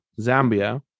Zambia